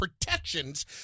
protections